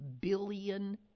billion